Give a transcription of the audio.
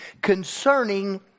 concerning